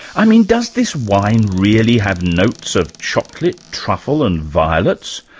i mean does this wine really have notes of chocolate, truffle and violets?